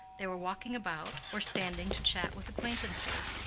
they were walking about or standing to chat with acquaintances,